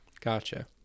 Gotcha